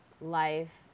life